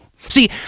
See